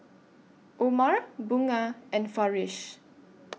Omar Bunga and Farish